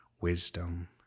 wisdom